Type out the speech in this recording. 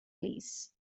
please